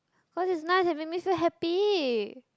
cause its nice and make me so happy